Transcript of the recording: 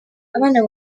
abana